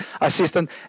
assistant